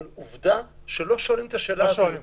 עובדה שלא שואלים את השאלה הזאת יותר,